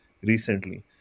recently